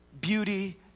beauty